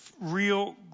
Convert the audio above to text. real